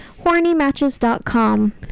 hornymatches.com